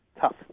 Tough